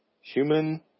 human